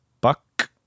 Buck